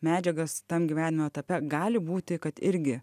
medžiagas tam gyvenimo etape gali būti kad irgi